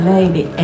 Lady